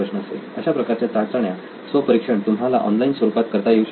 अशा प्रकारच्या चाचण्या स्वपरीक्षण तुम्हाला ऑनलाइन स्वरूपात करता येऊ शकेल का